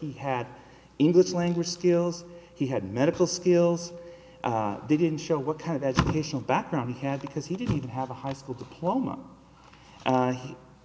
he had english language skills he had medical skills they didn't show what kind of at his background he had because he didn't have a high school diploma